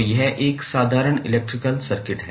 तो यह एक साधारण इलेक्ट्रिकल सर्किट है